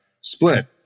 split